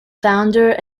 founder